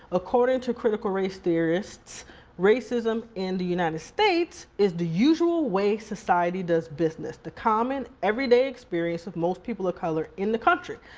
according to critical race theorists racism in and the united states is the usual way society does business. the common, everyday experience of most people of color in the country.